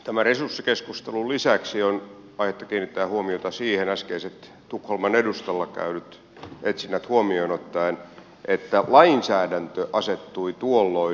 tämän resurssikeskustelun lisäksi on äskeiset tukholman edustalla käydyt etsinnät huomioon ottaen aihetta kiinnittää huomiota siihen että lainsäädäntö asettui tuolloin ongelmaksi